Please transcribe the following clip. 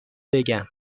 بگم